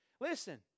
Listen